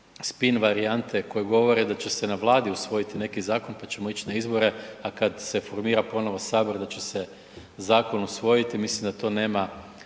spin varijante koje govore da će se na Vladi usvojiti neki zakon pa ćemo ići na izbore, a kad se formira ponovo Sabor da će se zakon usvojiti, mislim da to nema